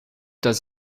does